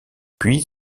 puis